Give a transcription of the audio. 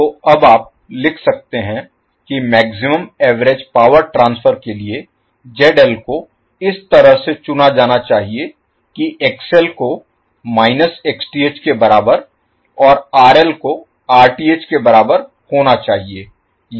तो अब आप लिख सकते हैं कि मैक्सिमम एवरेज पावर ट्रांसफर के लिए ZL को इस तरह से चुना जाना चाहिए कि XL को माइनस Xth के बराबर और RL को Rth के बराबर होना चाहिए